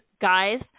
guys